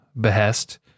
behest